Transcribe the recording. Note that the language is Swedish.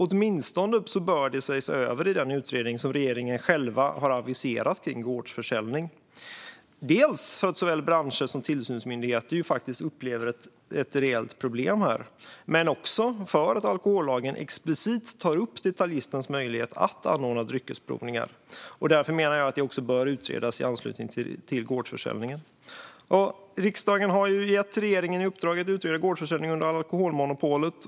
Åtminstone bör det ses över i den utredning som regeringen själv har aviserat när det gäller gårdsförsäljning, bland annat eftersom såväl branscher som tillsynsmyndigheter upplever ett rejält problem men också för att alkohollagen explicit tar upp detaljistens möjlighet att anordna dryckesprovningar. Därför menar jag att det också bör utredas i anslutning till gårdsförsäljning. Riksdagen har gett regeringen i uppdrag att utreda gårdsförsäljning under alkoholmonopolet.